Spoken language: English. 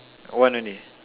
one only